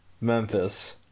Memphis